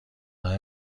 همه